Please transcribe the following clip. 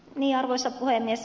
arvoisa puhemies